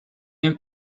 new